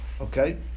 okay